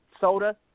soda